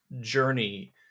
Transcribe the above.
journey